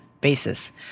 basis